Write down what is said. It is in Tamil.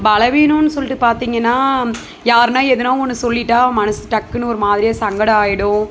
பலவீனம்னு சொல்லிட்டு பார்த்திங்கன்னா யாருனா எதுனா ஒன்று சொல்லிவிட்டா மனசு டக்குனு ஒரு மாதிரியாக சங்கடம் ஆகிடும்